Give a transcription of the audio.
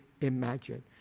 imagine